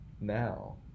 now